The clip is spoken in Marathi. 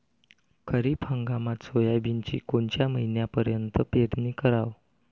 खरीप हंगामात सोयाबीनची कोनच्या महिन्यापर्यंत पेरनी कराव?